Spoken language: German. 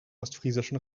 ostfriesischen